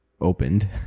opened